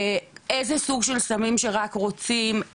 איזה סוג של סמים שרק רוצים,